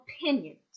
opinions